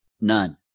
none